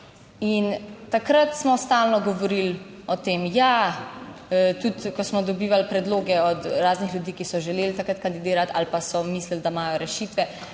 In takrat smo stalno govorili o tem, ja, tudi ko smo dobivali predloge od raznih ljudi, ki so želeli takrat kandidirati ali pa so mislili, da imajo rešitve,